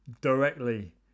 directly